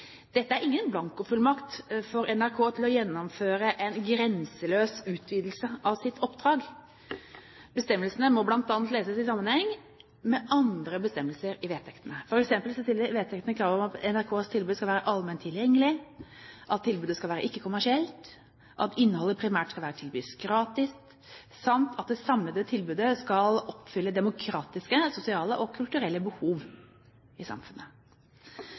Dette er ingen blankofullmakt for NRK til å gjennomføre en grenseløs utvidelse av sitt oppdrag. Bestemmelsene må bl.a. leses i sammenheng med andre bestemmelser i vedtektene. For eksempel stiller vedtektene krav om at NRKs tilbud skal være allment tilgjengelig, at tilbudet skal være ikke-kommersielt, at innholdet primært skal tilbys gratis samt at det samlede tilbudet skal oppfylle demokratiske, sosiale og kulturelle behov i samfunnet.